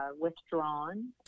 withdrawn